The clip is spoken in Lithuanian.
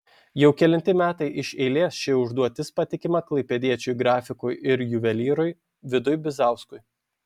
jau kelinti metai iš eilės ši užduotis patikima klaipėdiečiui grafikui ir juvelyrui vidui bizauskui